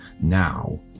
Now